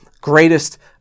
greatest